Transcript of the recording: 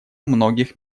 многих